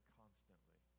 constantly